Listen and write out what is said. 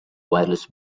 wireless